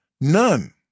none